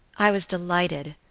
i was delighted.